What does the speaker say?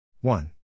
One